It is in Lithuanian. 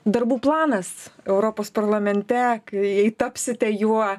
darbų planas europos parlamente kai tapsite juo